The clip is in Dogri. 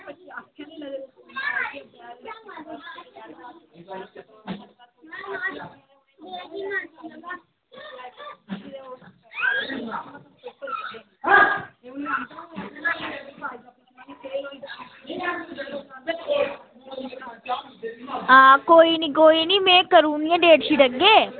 आं कोई नी कोई नी में करी ओड़ी डेटशीट अग्गें